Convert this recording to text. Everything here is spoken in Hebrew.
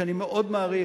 שאני מאוד מעריך,